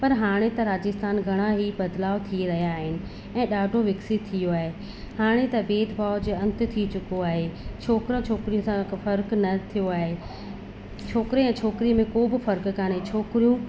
पर हाणे त राजस्थान घणा ई बदिलाउ थी रहियां आहिनि ऐं ॾाढो विकसित थी वियो आहे हाणे त भेद भाव जो अंत थी चुको आहे छोकिरा छोकरियुनि सां फर्क़ न थियो आहे छोकिरे ऐं छोकरीअ में को बि फर्क़ु कोन्हे छोकिरियूं